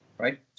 Right